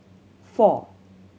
four